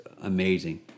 amazing